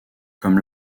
comme